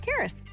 Karis